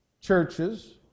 churches